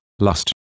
lust